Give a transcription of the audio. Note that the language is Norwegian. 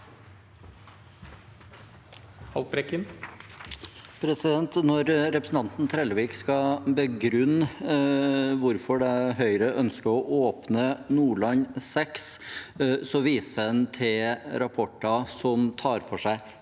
Når representan- ten Trellevik skal begrunne hvorfor Høyre ønsker å åpne Nordland VI, viser han til rapporter som tar for seg